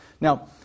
Now